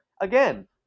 again